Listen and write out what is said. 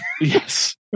Yes